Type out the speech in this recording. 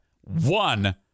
One